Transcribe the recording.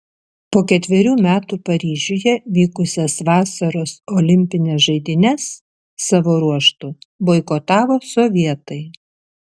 po ketverių metų paryžiuje vykusias vasaros olimpines žaidynes savo ruožtu boikotavo sovietai